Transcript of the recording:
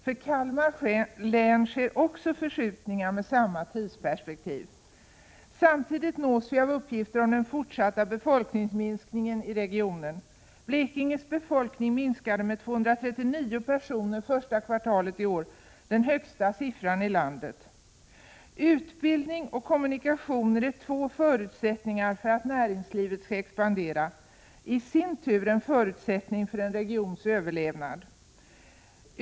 För Kalmar län sker också förskjutningar med samma tidsperspektiv. Samtidigt nås vi av uppgifter om den fortsatta befolkningsminskningen i regionen. Blekinges befolkning minskade med 239 personer första kvartalet i år, den högsta siffran i landet. Utbildning och kommunikationer är två förutsättningar för att näringslivet skall expandera — i sin tur en förutsättning för en regions överlevnad.